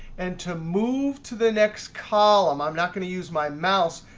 and to move to the next column, i'm not going to use my mouse.